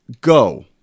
go